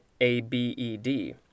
A-B-E-D